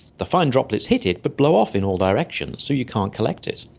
the fine droplets hit it but blow off in all directions so you can't collect it.